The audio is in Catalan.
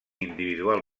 individual